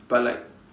but like